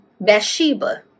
Bathsheba